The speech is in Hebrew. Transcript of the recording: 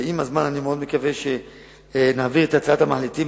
עם הזמן אני מקווה שנעביר את הצעת המחליטים,